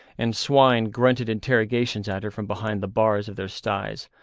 and swine grunted interrogations at her from behind the bars of their styes,